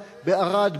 בערד,